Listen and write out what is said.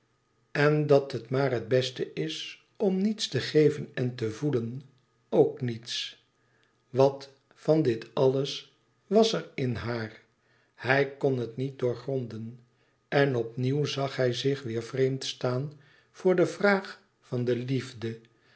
en dat het maar het beste is om niets te geven en te voelen ook niets e ids aargang at van dit alles was er in haar hij kon het niet doorgronden en opnieuw zag hij zich weêr vreemd staan voor de vraag van de liefde